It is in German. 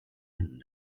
händen